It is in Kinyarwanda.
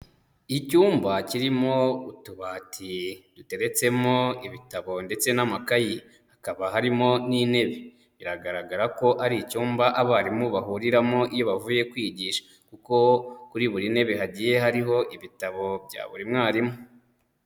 Icyumba kirimo utubati duteretsemo ibitabo ndetse n'amakayi, hakaba harimo n'intebe, biragaragara ko ari icyumba abarimu bahuriramo iyo bavuye kwigisha kuko kuri buri ntebe hagiye hariho ibitabo bya buri mwarimu.